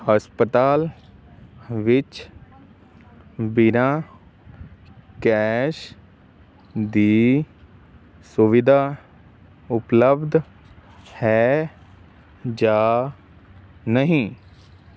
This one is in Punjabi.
ਹਸਪਤਾਲ ਵਿੱਚ ਬਿਨਾਂ ਕੈਸ਼ ਦੀ ਸੁਵਿਧਾ ਉਪਲੱਬਧ ਹੈ ਜਾਂ ਨਹੀਂ